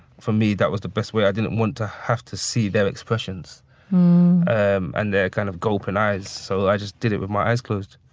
for me, that was the best way. i didn't want to have to see their expressions um and their kind of open eyes. so, i just did it with my eyes closed.